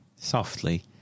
Softly